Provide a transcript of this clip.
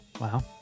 wow